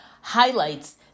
highlights